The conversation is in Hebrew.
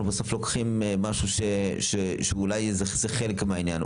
בסוף לוקחים איזה משהו שאולי זה חלק מהעניין.